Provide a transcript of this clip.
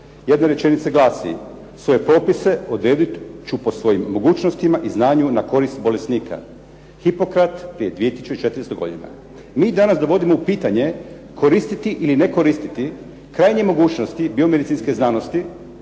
jedna rečenica glasi: "Svoje propise odrediti ću po svojim mogućnostima i znanju na korist bolesnika". Hipokrat prije 2400 godina. Mi danas dovodimo u pitanje koristiti ili ne koristiti krajnje mogućnosti biomedicinske znanosti